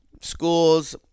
schools